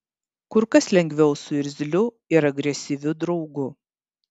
kur kas lengviau su irzliu ir agresyviu draugu